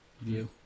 view